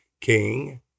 King